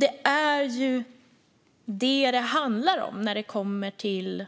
Det är det som det handlar om när det kommer till